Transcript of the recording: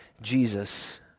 Jesus